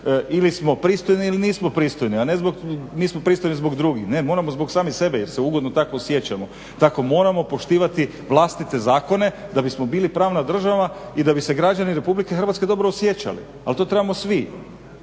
ili nismo pristojni, a mi smo pristojni zbog drugih. Ne, moramo zbog samih sebe jer ugodno tako osjećamo. Tako moramo poštivati vlastite zakone da bismo bili pravna država i da bi se građani Republike Hrvatske dobro osjećali, ali to trebamo svi